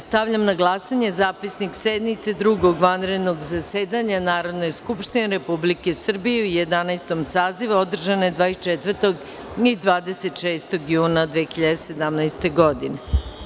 Stavljam na glasanje zapisnik sednice Drugog vanredovnog zasedanja Narodne skupštine Republike Srbije u Jedanaestom sazivu, održane 24. i 26. juna 2017. godine.